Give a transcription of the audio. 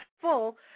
full